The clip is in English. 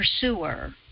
pursuer